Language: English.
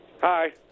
Hi